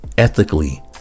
ethically